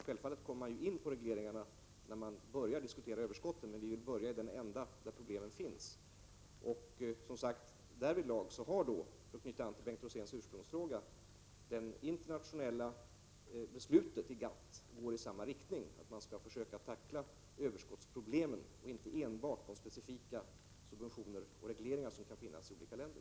Självfallet kommer man in på regleringarna när man börjar diskutera överskotten, men vi vill börja i den ända där problemen finns. Därvidlag har — för att återgå till Bengt Roséns ursprungsfråga — de internationella besluten i GATT gått i samma riktning, att man skall försöka tackla överskottsproblemen och inte enbart de specifika subventioner och regleringar som finns i olika länder.